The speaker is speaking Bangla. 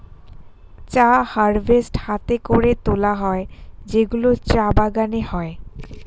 চা হারভেস্ট হাতে করে তোলা হয় যেগুলো চা বাগানে হয়